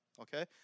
Okay